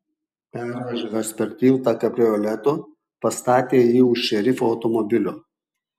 pervažiavęs per tiltą kabrioletu pastatė jį už šerifo automobilio